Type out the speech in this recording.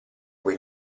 quei